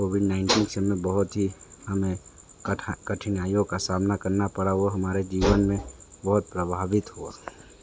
Covid nineteen से हमें बहुत ही हमें कठिन कठिनाइयों का सामना करना पड़ा वो हमारे जीवन में बहुत प्रभावित हुआ